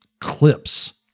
clips